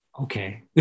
Okay